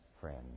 friend